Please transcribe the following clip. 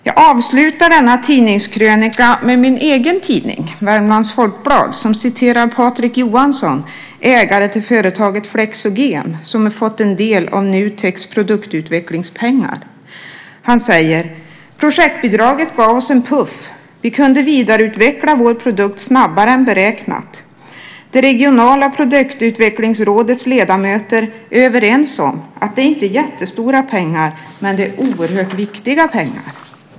Jag avslutar denna tidningskrönika med min egen tidning, Värmlands Folkblad, som citerar Patrik Johansson, ägare till företaget Flexogem som fått del av Nuteks produktutvecklingspengar. Han säger: Projektbidraget gav oss en puff. Vi kunde vidareutveckla vår produkt snabbare än beräknat. Det regionala produktutvecklingsrådets ledamöter är överens om att det inte är jättestora pengar, men det är oerhört viktiga pengar.